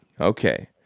Okay